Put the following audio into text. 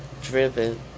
driven